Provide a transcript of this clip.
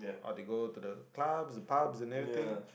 or they go to the clubs pubs and everything